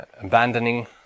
abandoning